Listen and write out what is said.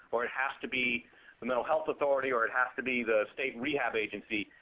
or it has to be a mental health authority, or it has to be the state rehab agency.